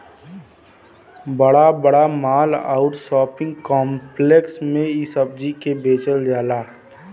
बड़ा बड़ा माल आउर शोपिंग काम्प्लेक्स में इ सब्जी के बेचल जाला